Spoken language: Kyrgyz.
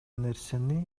нерсени